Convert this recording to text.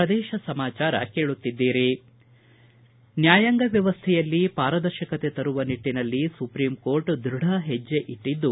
ಪ್ರದೇಶ ಸಮಾಚಾರ ಕೇಳುತ್ತಿದ್ದೀರಿ ನ್ಯಾಯಾಂಗ ವ್ಯವಸ್ಥೆಯಲ್ಲಿ ಪಾರದರ್ಶಕತೆ ತರುವ ನಿಟ್ಟನಲ್ಲಿ ಸುಪ್ರೀಂ ಕೋರ್ಟ್ ದೃಢ ಹೆಜ್ಜೆ ಇಟ್ಟದ್ದು